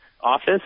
office